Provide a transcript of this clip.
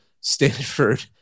Stanford